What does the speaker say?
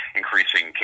increasing